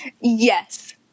Yes